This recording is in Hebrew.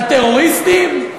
על טרוריסטים,